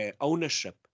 ownership